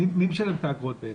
מי משלם את האגרות?